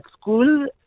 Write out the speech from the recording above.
school